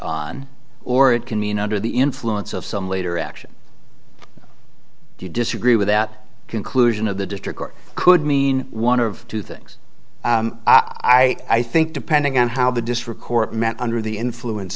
on or it can mean under the influence of some later action you disagree with that conclusion of the district court could mean one of two things i think depending on how the district court meant under the influence